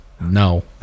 no